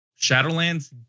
Shadowlands